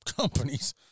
companies